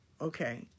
Okay